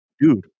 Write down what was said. Dude